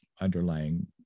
underlying